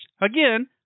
Again